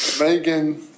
Megan